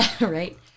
Right